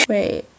Wait